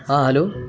ہاں ہلو